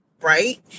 right